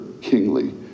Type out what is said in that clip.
kingly